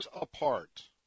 apart